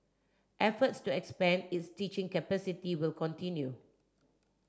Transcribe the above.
efforts to expand its teaching capacity will continue